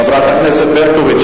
חברת הכנסת ברקוביץ,